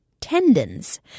Tendons